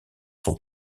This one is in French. sont